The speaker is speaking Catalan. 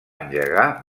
engegar